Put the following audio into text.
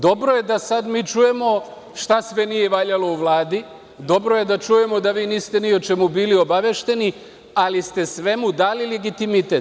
Dobro je da sad mi čujemo šta sve nije valjalo u Vladi, dobro je da čujemo da vi niste ni o čemu bili obavešteni, ali ste svemu dali legitimitet.